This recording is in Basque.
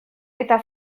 eta